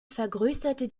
vergrößerte